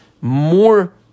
more